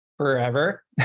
forever